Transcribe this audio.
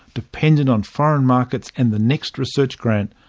dependent on foreign markets and the next research grant,